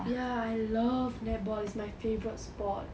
ya I love netball is my favourite sport